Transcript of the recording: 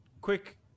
quick